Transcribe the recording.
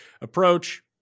approach